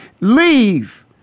leave